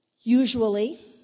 usually